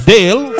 Dale